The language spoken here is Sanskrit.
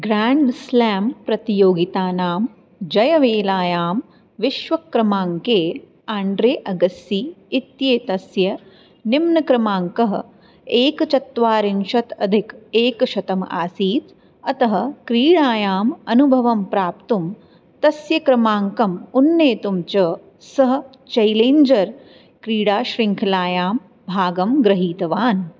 ग्राण्डस्लेम् प्रतियोगितानां जयवेलायां विश्वक्रमाङ्के आण्ड्रे अगस्सी इत्येतस्य निम्नक्रमाङ्कः एकचत्वारिंशत्यधिकेकशतम् आसीत् अतः क्रीडायाम् अनुभवं प्राप्तुं तस्य क्रमाङ्कम् उन्नेतुं च सः चैलेञ्जर् क्रीडाशृङ्खलायां भागं गृहीतवान्